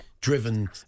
driven